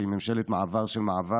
שהיא ממשלת מעבר של מעבר.